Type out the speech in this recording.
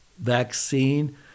vaccine